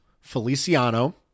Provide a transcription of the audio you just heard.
Feliciano